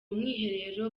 mwiherero